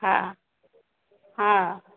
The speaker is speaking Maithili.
हँ हँ